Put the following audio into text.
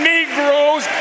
Negroes